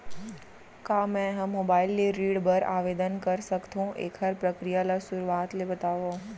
का मैं ह मोबाइल ले ऋण बर आवेदन कर सकथो, एखर प्रक्रिया ला शुरुआत ले बतावव?